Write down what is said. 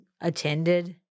attended